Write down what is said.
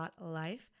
life